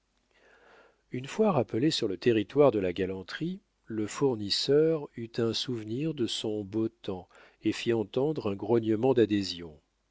une fois rappelé sur le terrain de la galanterie le fournisseur eut un souvenir de son beau temps et fit entendre un grognement d'adhésion